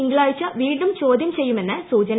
തിങ്കളാഴ്ച വീണ്ടും ചോദ്യം ചെയ്യുമെന്ന് സൂചന